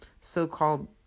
so-called